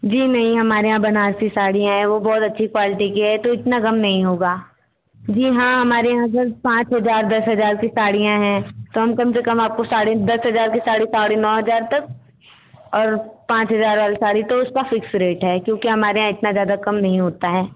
जी नहीं हमारे यहाँ बनारसी साड़ीयाँ हैं वह बहुत अच्छी क्वालटी की है तो इतना कम नहीं होगा जी हाँ हमारे यहाँ सर पाँच हज़ार दस हज़ार की साड़ियाँ हैं तो हम कम से कम आपको साढ़े दस हज़ार की साड़ी नौ हज़ार तक और पाँच हज़ार वाली साड़ी तो उसका फ़िक्स रेट है क्योंकि हमारे यहाँ इतना ज़्यादा कम नहीं होता है